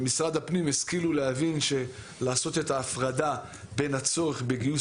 במשרד הפנים השכילו לעשות את ההפרדה בין הצורך בגיוס